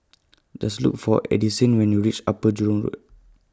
Does Look For Addisyn when YOU REACH Upper Jurong Road